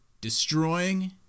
destroying